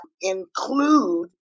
include